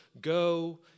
go